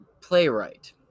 playwright